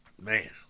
Man